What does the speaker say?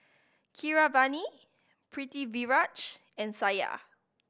Keeravani Pritiviraj and Satya